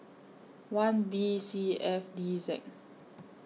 one B C F D Z